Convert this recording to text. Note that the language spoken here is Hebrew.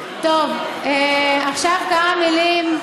עכשיו כמה מילים,